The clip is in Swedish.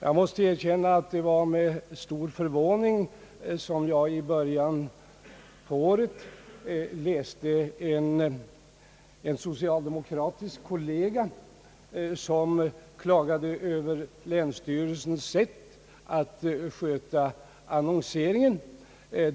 Jag måste erkänna att det var med stor förvåning som jag i början av året läste en socialdemokratisk kollega som klagade över länsstyrelsens sätt att sköta annonseringen.